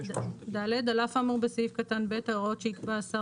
"(ד) על אף האמור בסעיף קטן (ב) ההוראות שיקבע השר